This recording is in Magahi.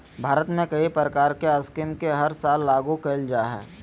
भारत में कई प्रकार के स्कीम के हर साल लागू कईल जा हइ